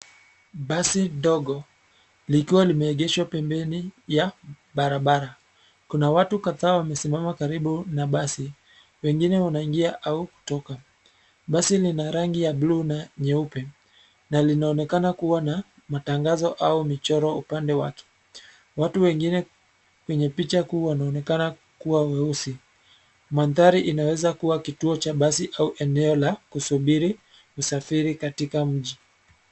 Basi dogo, likiwa limeegeshwa pembeni ya barabara. Kuna watu kadhaa wamesimama karibu na basi, wengine wanaingia au kutoka. Basi lina rangi ya bluu na nyeupe na linaonekana kuwa na matangazo au michoro upande wake. Watu wengine kwenye picha kuu wanonekana kuwa weusi. Mandhari inaweza kuwa kituo cha basi au eneo la kusubiri usafiri katika mji.